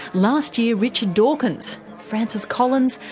last year richard dawkins, frances collins,